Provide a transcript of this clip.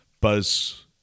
Buzz